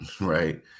right